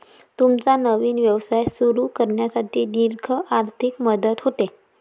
तुमचा नवीन व्यवसाय सुरू करण्यासाठी दीर्घ आर्थिक मदत होते